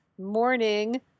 Morning